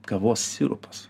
kavos sirupas